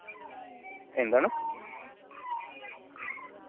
എന്താണ്